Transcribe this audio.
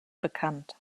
bekannt